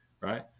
right